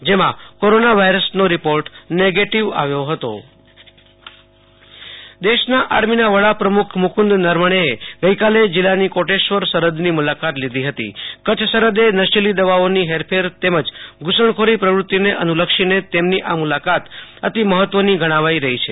જેમાં કોરોના વાયરસનો report negative આવ્યો હતો આશુ તોષ અંતાણી કચ્છ સેના અધ્યક્ષ મુલાકાત દેશના આર્મીના વડા પ્રમુખ મુકુંદ નરવણેએ ગઈકાલે જિલ્લાની કોટેશ્વર સરહદની મુલાકાત લીધી હતી કચ્છ સરહદે નશીલી દવાઓની હેરફેર તેમજ ધુ સણખોરી પ્રવૃતિને અનુ લક્ષીને તેમની આ મુલાકાત અતિ મહત્વની ગણાવઈ રહી છે